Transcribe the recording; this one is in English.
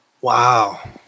Wow